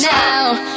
now